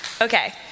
Okay